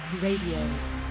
Radio